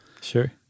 Sure